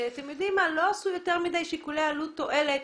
ולא עשו יותר מדי שיקולי עלות-תועלת.